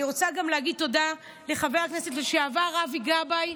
אני רוצה גם להגיד טובה לחבר הכנסת לשעבר אבי גבאי,